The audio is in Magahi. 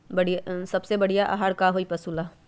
सबसे बढ़िया आहार का होई पशु ला?